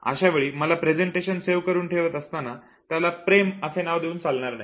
अशावेळी मला हे प्रेझेंटेशन सेव्ह करून ठेवत असताना त्याला प्रेम असे नाव देऊन चालणार नाही